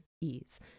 Ease